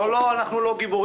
לא, לא, אנחנו לא גיבורים.